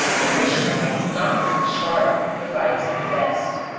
a fish knife not being sharp, divides it best.